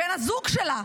בן הזוג שלה,